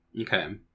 Okay